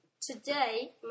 today